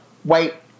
white